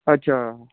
اَچھا